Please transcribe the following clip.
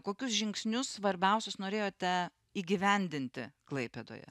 kokius žingsnius svarbiausius norėjote įgyvendinti klaipėdoje